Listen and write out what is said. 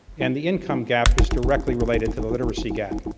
and the income gap it's directly related to the literacy gap.